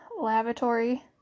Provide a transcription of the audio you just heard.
lavatory